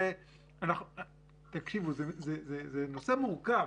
תקשיבו, זה נושא מורכב.